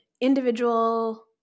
individual